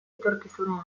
etorkizunean